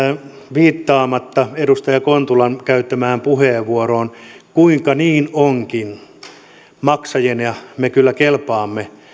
viittaamatta edustaja kontulan käyttämään puheenvuoroon kuinka niin onkin maksajiksi me kyllä kelpaamme